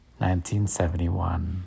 1971